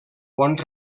bons